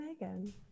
megan